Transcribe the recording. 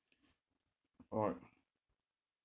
alright